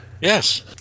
Yes